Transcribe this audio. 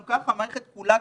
כי גם כך המערכת כולה,